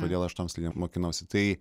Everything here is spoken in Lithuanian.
kodėl aš tom slidėm mokinuosi tai